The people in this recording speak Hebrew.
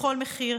בכל מחיר,